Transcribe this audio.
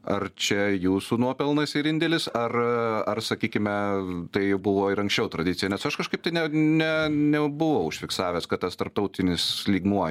ar čia jūsų nuopelnas ir indėlis ar ar sakykime tai buvo ir anksčiau tradicija nes aš kažkaip tai ne ne nebuvau užfiksavęs kad tas tarptautinis lygmuo